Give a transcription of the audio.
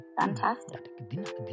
Fantastic